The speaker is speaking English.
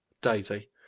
Daisy